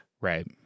Right